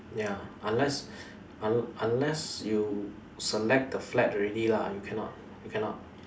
ya unless un~ unless you select the flat already lah you cannot you cannot